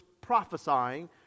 prophesying